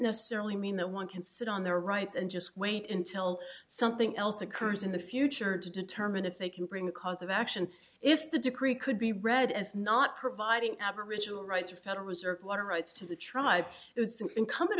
necessarily mean that one can sit on their rights and just wait until something else occurs in the future to determine if they can bring the cause of action if the decree could be read as not providing aboriginal rights of federal reserve water rights to the tribe it was incumbent